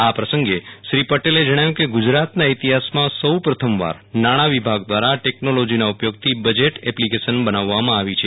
આ પ્રસંગે શ્રી પટેલે જણાવ્યું કે ગુજરાતના ઇતિહાસમાં સૌપ્રથમવાર નાણાં વિભાગ દ્વારા ટેકનોલોજીના ઉપયોગથી બજેટ એપ્લિકેશન બનાવવામાં આવી છે